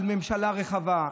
על ממשלה רחבה,